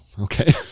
Okay